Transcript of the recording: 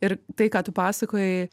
ir tai ką tu pasakojai